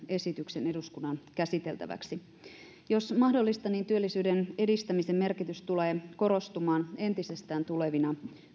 esityksen eduskunnan käsiteltäväksi jos mahdollista niin työllisyyden edistämisen merkitys tulee korostumaan entisestään tulevina